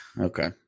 Okay